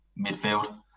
midfield